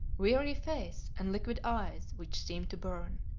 weary face and liquid eyes which seemed to burn.